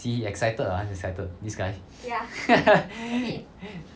see excited ah excited this guy